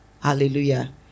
Hallelujah